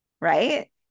Right